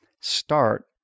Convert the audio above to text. start